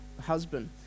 husband